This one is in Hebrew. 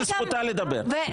כן, בבקשה.